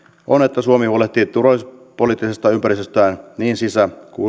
on että suomi huolehtii turvallisuuspoliittisesta ympäristöstään niin sisä kuin